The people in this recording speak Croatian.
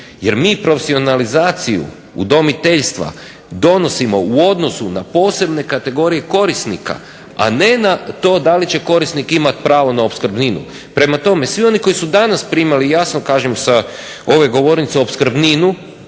Jer mi profesionalizaciju udomiteljstva donosimo u odnosu na posebne kategorije korisnika, a ne na to da li će korisnik imati pravo na opskrbninu. Prema tome svi oni koji su danas primali jasno kažem sa ove govornice opskrbninu